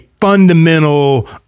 fundamental